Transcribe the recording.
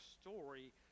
story